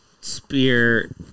spear